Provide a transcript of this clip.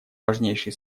важнейшие